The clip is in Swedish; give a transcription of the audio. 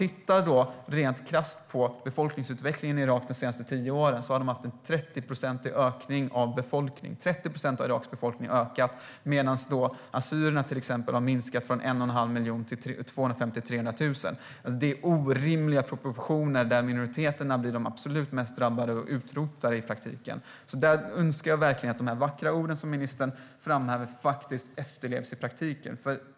Iraks befolkning har ökat med 30 procent medan assyrierna har minskat från 1 1⁄2 miljon till 250 000-300 000. Det är orimliga proportioner där minoriteterna blir de absolut mest drabbade och i praktiken utrotade. Där önskar jag verkligen att de vackra orden som ministern förde fram här efterlevs i praktiken.